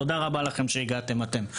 תודה רבה לכם שהגעתם אתם.